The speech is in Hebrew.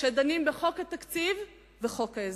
כשדנים בחוק התקציב ובחוק ההסדרים.